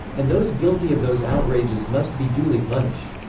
and those guilty of those outrages must be duly punished.